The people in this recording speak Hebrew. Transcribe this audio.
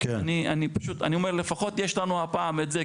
אני פשוט אומר לפחות יש לנו הפעם את זה,